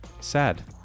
Sad